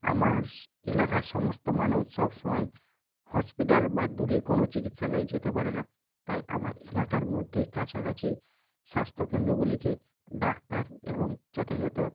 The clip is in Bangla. আমার এলাকার সমস্ত মানুষ সব সময় হসপিটাল বা দূরের কোনো চিকিৎসালয়ে যেতে পারে না তাই আমার এলাকার মধ্যে কাছাকাছি স্বাস্থ্যকেন্দ্রগুলিকে ডাক্তার এবং যথাযত